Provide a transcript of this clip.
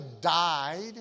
died